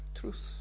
truth